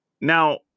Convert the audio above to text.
Now